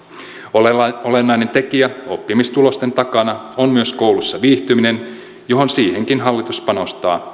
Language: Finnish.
olennainen olennainen tekijä oppimistulosten takana on myös koulussa viihtyminen johon siihenkin hallitus panostaa